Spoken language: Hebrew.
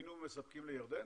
היינו מספקים לירדן?